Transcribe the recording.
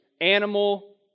Animal